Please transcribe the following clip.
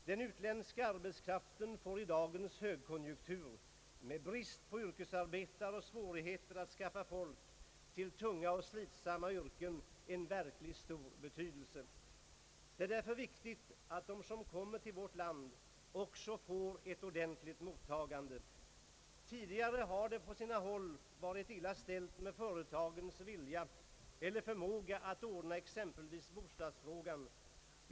Den utländska arbetskraften får i dagens högkonjunktur med brist på yrkesarbetare och svårigheter att skaffa folk till tunga och slitsamma yrken en verkligt stor betydelse. Det är därför viktigt att de som kommer till vårt land också får ett ordentligt mottagande. Tidigare har det på sina håll varit illa ställt med företagens vilja eller förmåga att ordna exempelvis bostadsfrågan.